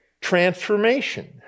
transformation